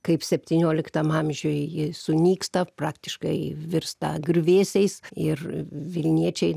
kaip septynioliktam amžiuj ji sunyksta praktiškai virsta griuvėsiais ir vilniečiai